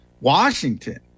Washington